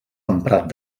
emprat